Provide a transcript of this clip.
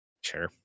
Sure